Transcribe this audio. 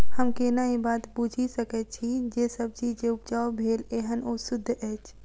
हम केना ए बात बुझी सकैत छी जे सब्जी जे उपजाउ भेल एहन ओ सुद्ध अछि?